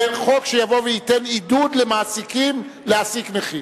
חוק שיבוא וייתן עידוד למעסיקים להעסיק נכים.